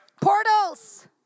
Portals